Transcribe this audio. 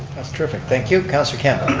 that's terrific, thank you. councilor campbell.